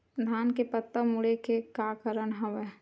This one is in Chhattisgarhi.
धान के पत्ता मुड़े के का कारण हवय?